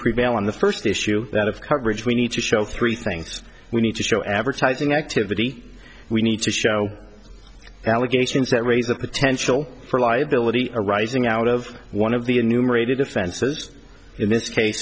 prevail on the first issue that of coverage we need to show three things we need to show advertising activity we need to show allegations that raise the potential for liability arising out of one of the enumerated offenses in this case